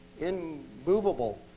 immovable